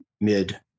mid